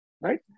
Right